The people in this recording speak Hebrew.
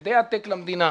הפסדי עתק למדינה,